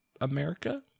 America